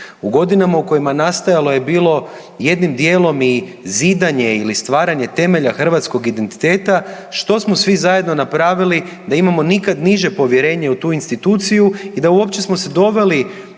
u godinama u kojima je nastojalo je bilo jednim dijelom i zidanje ili stvaranje temelja hrvatskog identiteta. Što smo svi zajedno napravili da imamo nikad niže povjerenje u tu instituciju i da uopće smo se doveli